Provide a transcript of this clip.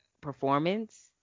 performance